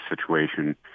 situation